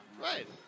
Right